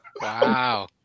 Wow